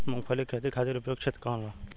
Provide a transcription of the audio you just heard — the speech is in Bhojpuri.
मूँगफली के खेती खातिर उपयुक्त क्षेत्र कौन वा?